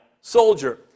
soldier